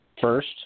first